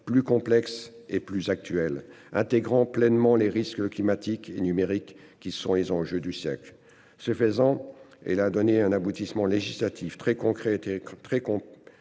plus complexe et plus actuel intégrant pleinement les risques climatiques et numérique, qui sont les enjeux du sec. Ce faisant, et la donner un aboutissement législatif très concrète et très con